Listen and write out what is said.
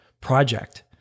project